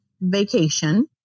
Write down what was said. vacation